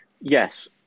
yes